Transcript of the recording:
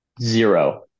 Zero